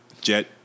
Jet